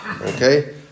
Okay